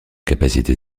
capacité